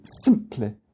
simply